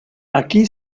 aquí